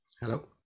Hello